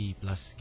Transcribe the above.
plus